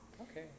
Okay